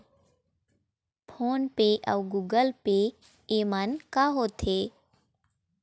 Phone पे अउ Google Pay येमन का होते?